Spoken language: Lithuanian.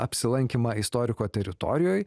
apsilankymą istoriko teritorijoj